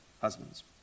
husbands